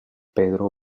pedro